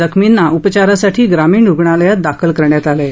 जखमींना उपचारासाठी ग्रामीण रुग्णालयात दाखल करण्यात आलं आहे